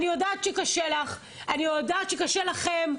אני יודעת שקשה לך, אני יודעת שקשה לכם.